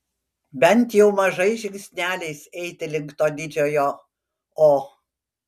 bent jau mažais žingsneliais eiti link to didžiojo o